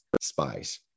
spies